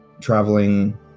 traveling